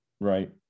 Right